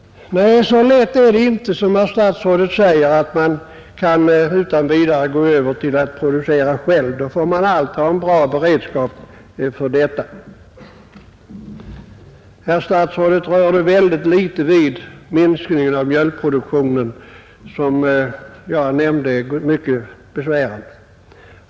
Nej, det är inte så lätt, som herr statsrådet gör gällande, att utan vidare gå över till att själv producera de bortfallna importvarorna. Sedan berörde herr statsrådet ytterst litet minskningen av mjölkproduktionen, en minskning som jag uppfattar som mycket besvärande.